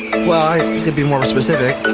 well, i could be more specific.